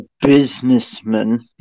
businessman